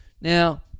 Now